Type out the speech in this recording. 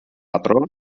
patró